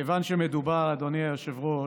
שמדובר, אדוני היושב-ראש,